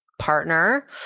partner